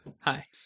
Hi